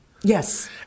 Yes